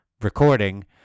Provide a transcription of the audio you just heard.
recording